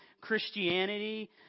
christianity